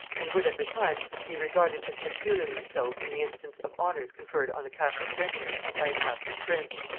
and would at the time be regarded as peculiarly so in the instance of honors conferred on a catholic gentleman by a catholic prince.